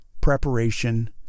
preparation